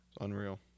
unreal